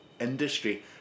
industry